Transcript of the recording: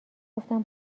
گفتم